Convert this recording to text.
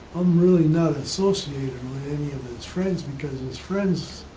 i'm really not associated with any of his friends, because his friends